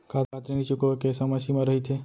का ऋण चुकोय के समय सीमा रहिथे?